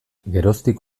geroztik